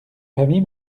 famille